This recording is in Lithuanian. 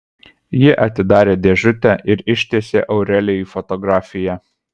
ji atidarė dėžutę ir ištiesė aurelijui fotografiją